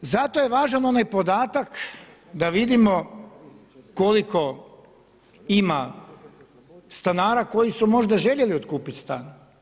Zato je važan onaj podatak da vidimo koliko ima stanara koji su možda željeli otkupiti stan.